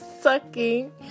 sucking